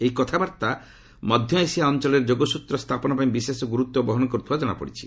ଏହି କଥାବାର୍ତ୍ତା ମଧ୍ୟ ଏସିଆ ଅଞ୍ଚଳରେ ଯୋଗସ୍ୱତ୍ର ସ୍ଥାପନ ପାଇଁ ବିଶେଷ ଗୁରୁତ୍ୱ ବହନ କରୁଥିବା ଜଣାପଡ଼ିଛି